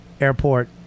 airport